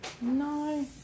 no